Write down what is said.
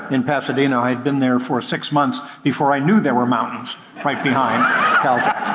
in pasadena, i had been there for six months before i knew there were mountains right behind cal tech.